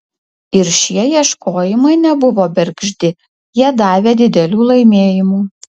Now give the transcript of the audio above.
ir šie ieškojimai nebuvo bergždi jie davė didelių laimėjimų